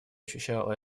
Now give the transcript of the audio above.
ощущал